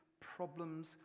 problems